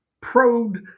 probed